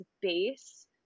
base